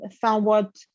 somewhat